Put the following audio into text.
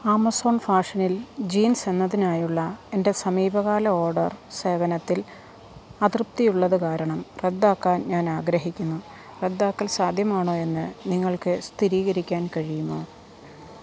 Amazon ഫാഷനിൽ jeans എന്നതിനായുള്ള എൻ്റെ സമീപകാല ഓഡർ സേവനത്തിൽ അതൃപ്തിയുള്ളത് കാരണം റദ്ദാക്കാൻ ഞാനാഗ്രഹിക്കുന്നു റദ്ദാക്കൽ സാധ്യമാണോ എന്ന് നിങ്ങൾക്ക് സ്ഥിരീകരിക്കാൻ കഴിയുമോ